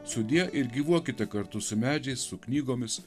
sudie ir gyvuokite kartu su medžiais su knygomis